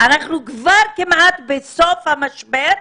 אנחנו כבר כמעט בסוף המשבר,